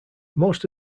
most